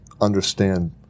understand